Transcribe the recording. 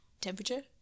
temperature